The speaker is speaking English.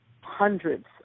hundreds